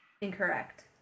Incorrect